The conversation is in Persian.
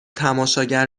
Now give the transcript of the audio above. تماشاگر